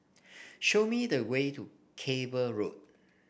show me the way to Cable Road